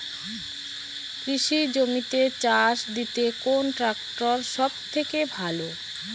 কৃষি জমিতে চাষ দিতে কোন ট্রাক্টর সবথেকে ভালো?